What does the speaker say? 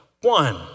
One